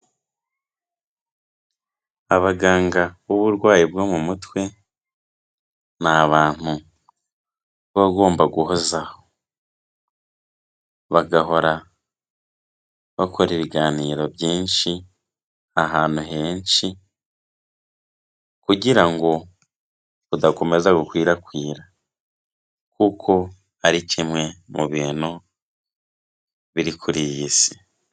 Abaganga b'uburwayi bwo mu mutwe, ni abantu baba bagomba guhozaho, bagahora bakora ibiganiro byinshi, ahantu henshi, kugira ngo budakomeza gukwirakwira kuko ari kimwe mu bintu biri kuri iyi si.